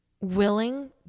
willing